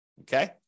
okay